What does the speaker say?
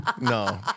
no